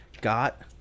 got